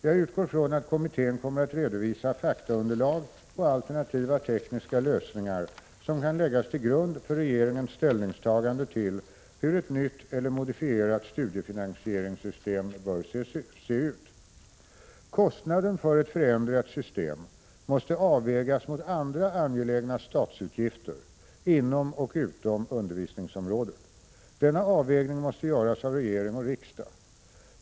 Jag utgår från att kommittén kommer att redovisa faktaunderlag och alternativa tekniska lösningar, som kan läggas till grund för regeringens ställningstagande till hur ett nytt eller modifierat studiefinansieringssystem bör se ut. Kostnaden för ett förändrat system måste avvägas mot andra angelägna statsutgifter inom och utom undervisningsområdet. Denna avvägning måste göras av regering och riksdag.